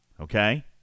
Okay